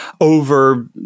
over